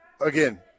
again